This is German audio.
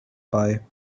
bei